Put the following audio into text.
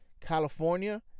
California